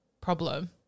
problem